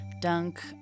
dunk